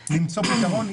צריך למצוא פתרון.